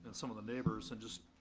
some of the neighbors had just,